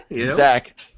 Zach